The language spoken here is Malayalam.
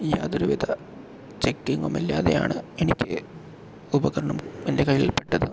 യാതൊരു വിധ ചെക്കിങ്ങും ഇല്ലാതെയാണ് എനിക്ക് ഉപകരണം എൻ്റെ കയ്യിൽ പെട്ടത്